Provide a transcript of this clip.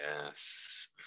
Yes